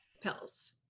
pills